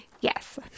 Yes